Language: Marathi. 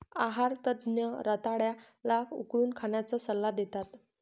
आहार तज्ञ रताळ्या ला उकडून खाण्याचा सल्ला देतात